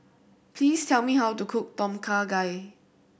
please tell me how to cook Tom Kha Gai